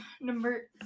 number